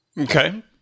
Okay